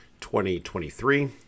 2023